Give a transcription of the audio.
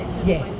yes